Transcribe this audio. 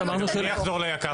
ומי יחזור ליקר?